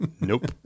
nope